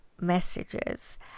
messages